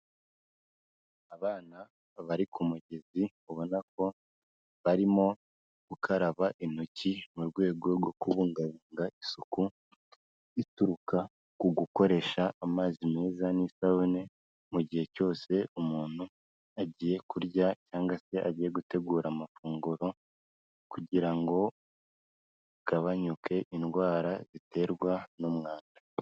Abana bari ku mugezi ubona ko barimo gukaraba intoki mu rwego rwo kubungabunga isuku ituruka ku gukoresha amazi meza n'isabune mu gihe cyose umuntu agiye kurya cyangwa se agiye gutegura amafunguro kugira ngo Hagabanyuke indwara ziterwa n'umwanda.